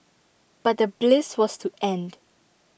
but the bliss was to end